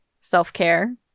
self-care